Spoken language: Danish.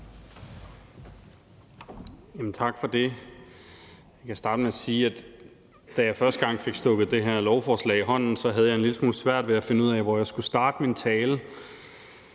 Tak for det. Jeg kan starte med at sige, at da jeg første gang fik stukket det her lovforslag i hånden, havde jeg en lille smule svært ved at finde ud af, hvor jeg skulle starte min tale.